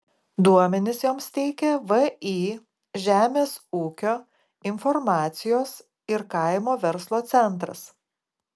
duomenis joms teikia vį žemės ūkio informacijos ir kaimo verslo centras